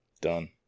Done